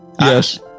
yes